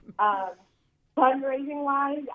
fundraising-wise